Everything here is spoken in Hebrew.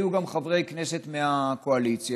היו גם חברי כנסת מהקואליציה